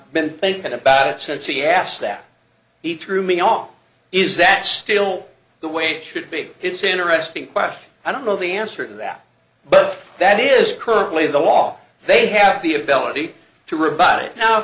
been thinking about it since he asked that he threw me off is that still the way it should be it's an interesting question i don't know the answer to that but that is currently the law they have the ability to rebut it now